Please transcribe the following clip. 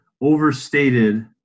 overstated